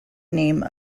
name